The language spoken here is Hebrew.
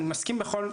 אני מסכים בכל,